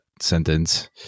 sentence